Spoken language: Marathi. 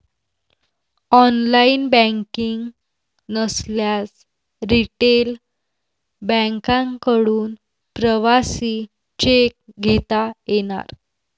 ऑनलाइन बँकिंग नसल्यास रिटेल बँकांकडून प्रवासी चेक घेता येणार